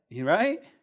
right